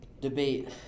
Debate